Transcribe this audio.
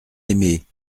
aimée